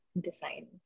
design